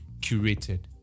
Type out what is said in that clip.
curated